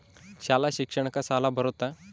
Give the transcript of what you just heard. ಶಾಲಾ ಶಿಕ್ಷಣಕ್ಕ ಸಾಲ ಬರುತ್ತಾ?